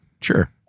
sure